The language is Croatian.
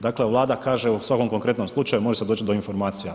Dakle Vlada kaže u svakom konkretnom slučaju može se doći do informacija.